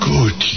Good